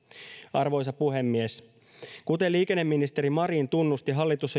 arvoisa puhemies kuten liikenneministeri marin tunnusti hallitus